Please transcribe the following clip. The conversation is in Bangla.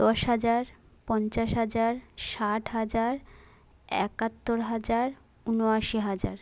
দশ হাজার পঞ্চাশ হাজার ষাট হাজার একাত্তর হাজার উনআশি হাজার